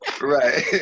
Right